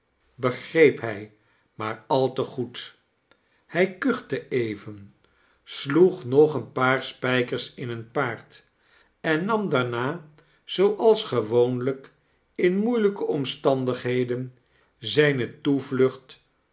begreep hij maar al te goed hij kuchte even sloeg nog een paar spijkers in een paard en nam daarna zooals gewoonlijk in moeilijke omstandigheden zijne